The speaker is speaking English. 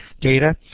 data